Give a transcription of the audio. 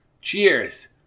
Cheers